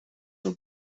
your